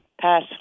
Pass